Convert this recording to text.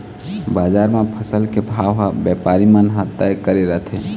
बजार म फसल के भाव ह बेपारी मन ह तय करे रथें